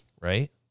right